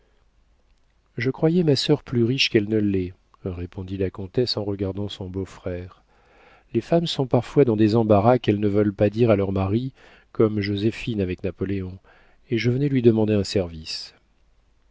je croyais ma sœur plus riche qu'elle ne l'est répondit la comtesse en regardant son beau-frère les femmes sont parfois dans des embarras qu'elles ne veulent pas dire à leurs maris comme joséphine avec napoléon et je venais lui demander un service